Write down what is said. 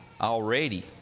already